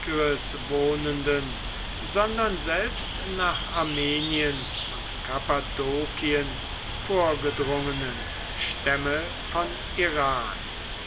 wohnenden sondern selbst nach armenien und kappadokien vorgedrungenen stämme von